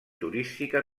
turística